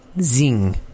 Zing